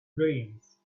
dreams